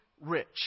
rich